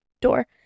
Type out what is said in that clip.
door